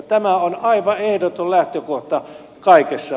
tämä on aivan ehdoton lähtökohta kaikessa